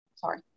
Sorry